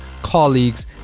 colleagues